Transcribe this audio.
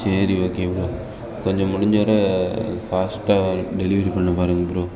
சரி okay bro கொஞ்சம் முடிஞ்ச வரை ஃபாஸ்ட்டாக டெலிவரி பண்ண பாருங்கள் ப்ரோ